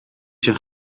zijn